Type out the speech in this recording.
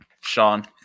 Sean